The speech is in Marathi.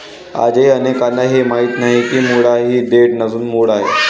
आजही अनेकांना हे माहीत नाही की मुळा ही देठ नसून मूळ आहे